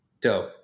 Dope